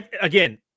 Again